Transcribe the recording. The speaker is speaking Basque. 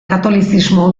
katolizismo